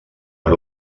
per